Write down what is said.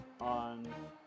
on